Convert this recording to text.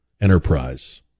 enterprise